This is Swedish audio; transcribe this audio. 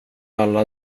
alla